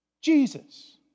Jesus